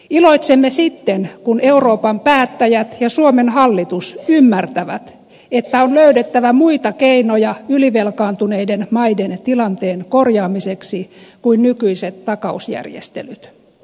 iloitsemme sitten kun euroopan päättäjät ja suomen hallitus ymmärtävät että on löydettävä muita keinoja ylivelkaantuneiden maiden tilanteen korjaamiseksi kuin nykyiset takausjärjestelyt